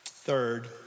Third